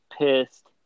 pissed